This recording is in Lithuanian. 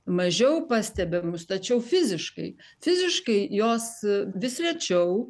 mažiau pastebimus tačiau fiziškai fiziškai jos vis rečiau